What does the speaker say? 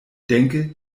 denke